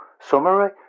summary